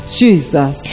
jesus